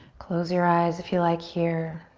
close your eyes, if you like here.